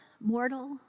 mortal